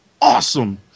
awesome